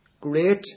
Great